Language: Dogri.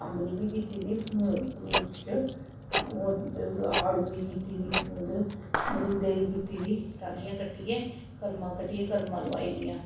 अम्ब दी बी कीती दी फ्रूट च होर आड़ू दी कीती दी मरूदै दी कीती दी टाह्लियां कट्टियै कलमां कट्टियै कलमां लोआई दियां